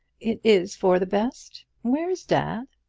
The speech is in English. it is for the best. where is dad?